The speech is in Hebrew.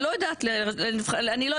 אני לא יודע למה הוא החליט שאני לא צודק.